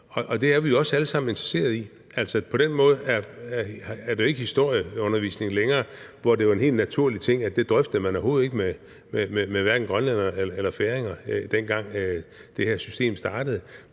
og det er vi jo alle sammen også interesserede i. Altså, på den måde er det jo ikke historieundervisning længere, hvor det var en helt naturlig ting, at det drøftede man overhovedet ikke med hverken grønlændere eller færinger, dengang det her system startede.